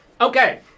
Okay